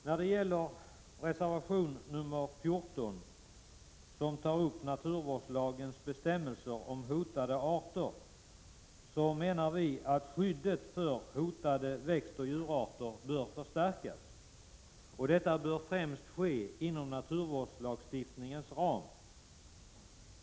När det gäller reservation 14, som tar upp naturvårdslagens bestämmelser om hotade arter, menar vi att skyddet för hotade växtoch djurarter bör förstärkas. Detta bör främst ske inom naturvårdslagstiftningens ram.